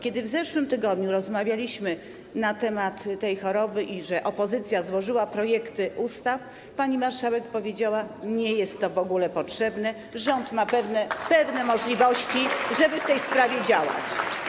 Kiedy w zeszłym tygodniu rozmawialiśmy na temat tej choroby i tego, że opozycja złożyła projekty ustaw, pani marszałek powiedziała, że to w ogóle nie jest potrzebne, rząd ma pewne możliwości, żeby w tej sprawie działać.